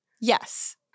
Yes